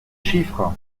chiffres